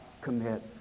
commit